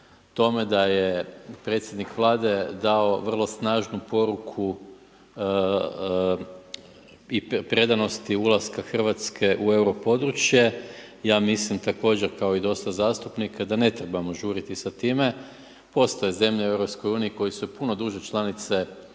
tome, da je predsjednik Vlade dao vrlo snažnu poruku i predanost ulaska Hrvatske u euro područje. Ja mislim, također kao i dosta zastupnika, da ne trebamo žuriti sa time. Postoje zemlje u EU, koje su puno duže članice EU,